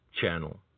channel